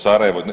Sarajevo.